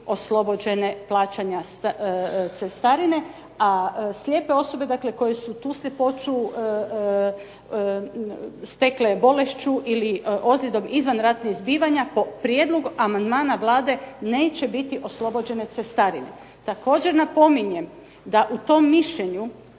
oslobođene plaćanja cestarine, a slijepe osobe koje su tu sljepoću stekle bolešću ili ozljedom izvan ratnih zbivanja po prijedlogu amandmana Vlade neće biti oslobođene cestarine. Također napominjem da u tom mišljenju